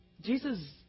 Jesus